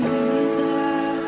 Jesus